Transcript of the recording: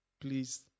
please